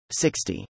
60